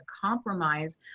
compromise